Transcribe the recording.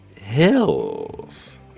hills